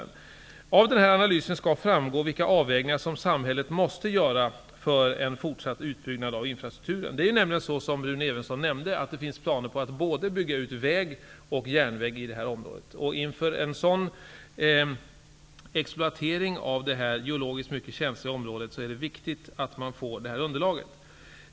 Av denna analys skall framgå vilka avvägningar som samhället måste göra för en fortsatt utbyggnad av infrastrukturen. Som Rune Evensson nämnde finns planer på att bygga ut både väg och järnväg i det här området. Inför en sådan exploatering av detta geologiskt mycket känsliga område är det viktigt att få det här underlaget.